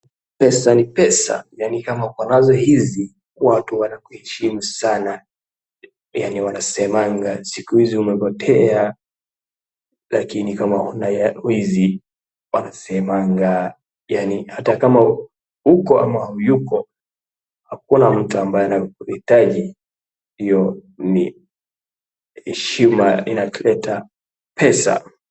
Pesa ni pesa. Yaani kama ukonazo izi watu wanakuheshimu sana. Yaani wanasemanga sikuizi umepotea lakini kama una ya wizi wanasemanga yaani ata kama uko ama hauyuko, hakuna mtu ambaye anakuhitaji. Hiyo ni heshima inateta. pesa.